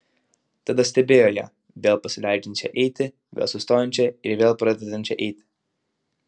tada stebėjo ją vėl pasileidžiančią eiti vėl sustojančią ir vėl pradedančią eiti